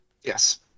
Yes